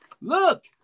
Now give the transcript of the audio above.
look